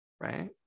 Right